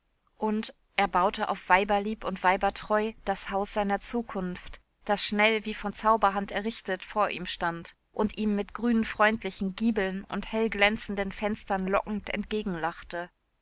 und er baute auf weiberlieb und weibertreu das haus seiner zukunft das schnell wie von zauberhand errichtet vor ihm stand und ihm mit grünen freundlichen giebeln und hellglänzenden fenstern lockend